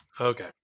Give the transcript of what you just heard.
Okay